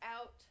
out